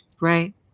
Right